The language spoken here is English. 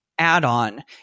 add-on